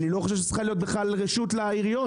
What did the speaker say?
אני לא חושב שצריכה להיות בכלל רשות לעיריות.